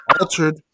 altered